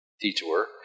detour